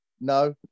no